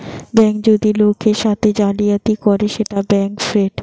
bank যদি লোকের সাথে জালিয়াতি করে সেটা ব্যাঙ্ক ফ্রড